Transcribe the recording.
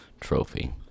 Trophy